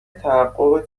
تحقق